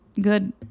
good